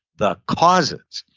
the causes.